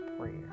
prayer